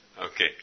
Okay